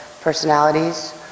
personalities